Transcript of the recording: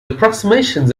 approximations